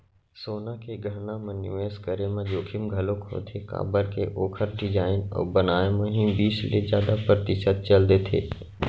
सोना के गहना म निवेस करे म जोखिम घलोक होथे काबर के ओखर डिजाइन अउ बनाए म ही बीस ले जादा परतिसत चल देथे